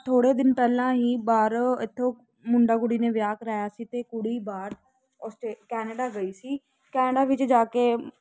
ਥੋੜ੍ਹੇ ਦਿਨ ਪਹਿਲਾਂ ਹੀ ਬਾਹਰੋਂ ਇੱਥੋਂ ਮੁੰਡਾ ਕੁੜੀ ਨੇ ਵਿਆਹ ਕਰਵਾਇਆ ਸੀ ਅਤੇ ਕੁੜੀ ਬਾਹਰ ਔਸਟ ਕੈਨੇਡਾ ਗਈ ਸੀ ਕੈਨੇਡਾ ਵਿੱਚ ਜਾ ਕੇ